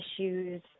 issues